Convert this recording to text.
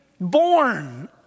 born